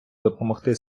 допомогти